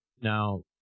Now